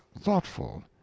thoughtful